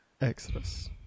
Exodus